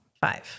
five